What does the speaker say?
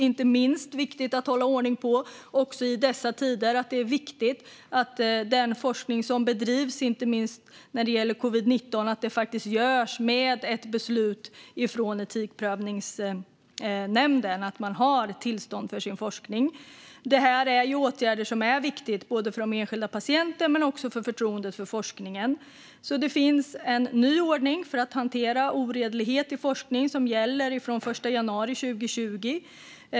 Inte minst i dessa tider är det viktigt att hålla ordning på att den forskning som bedrivs, inte minst när det gäller covid-19, görs med ett beslut från etikprövningsnämnden och att man har tillstånd för sin forskning. Dessa åtgärder är viktiga både för de enskilda patienterna och för förtroendet för forskningen. Det finns en ny ordning för att hantera oredlighet i forskning som gäller sedan den 1 januari 2020.